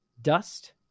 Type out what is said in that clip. Dust